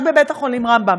רק בבית-החולים רמב"ם.